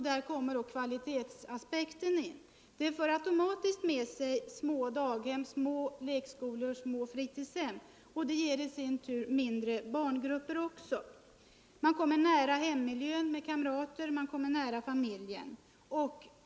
Där kommer kvalitetsaspekten in. Det för automatiskt med sig små daghem, små lekskolor och små fritidshem, och det ger i sin tur mindre barngrupper. Man kommer nära hemmiljön med kamrater, man kommer nära familjen.